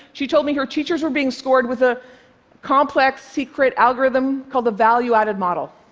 she told me her teachers were being scored with a complex, secret algorithm called the value-added model.